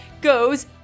goes